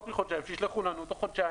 שישלחו לנו תוך חודשיים.